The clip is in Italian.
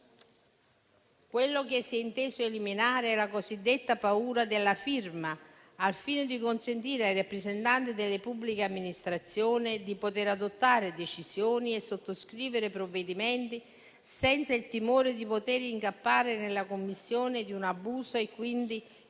Quello che si è inteso eliminare è la cosiddetta paura della firma, al fine di consentire ai rappresentanti delle pubbliche amministrazioni di adottare decisioni e sottoscrivere provvedimenti senza il timore di incappare nella commissione di un abuso e quindi incorrere